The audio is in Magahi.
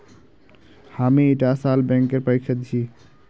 हामी ईटा साल बैंकेर परीक्षा दी छि